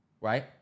right